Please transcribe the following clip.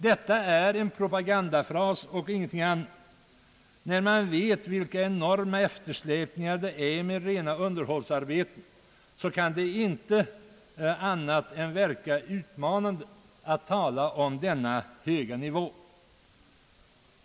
Detta är en propagandafras och ingenting annat. När man vet vilka enorma efter släpningar det är med rena underhållsarbeten, så kan det inte annat än verka utmanande att tala om denna höga nivå.